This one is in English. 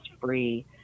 free